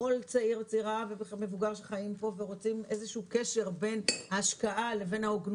כל צעיר וצעירה שחיים פה ורוצים איזשהו קשר בין השקעה לבין ההוגנות